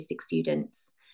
students